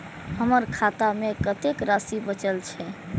हमर खाता में कतेक राशि बचल छे?